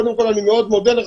קודם כל אני מאוד מודה לך,